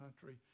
country